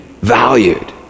valued